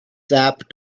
sap